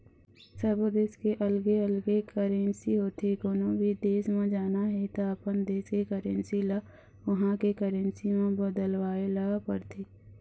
सब्बो देस के अलगे अलगे करेंसी होथे, कोनो भी देस म जाना हे त अपन देस के करेंसी ल उहां के करेंसी म बदलवाए ल परथे